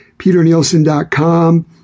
PeterNielsen.com